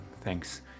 thanks